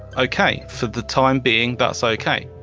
okay. for the time being that's ah okay.